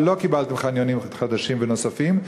ולא קיבלתם חניונים חדשים ונוספים.